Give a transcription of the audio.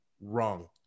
wrong